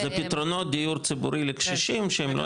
זה פתרון דיור ציבורי לקשישים שהם לא